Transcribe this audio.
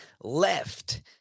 left